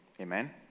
Amen